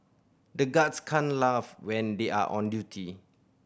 the guards can't laugh when they are on duty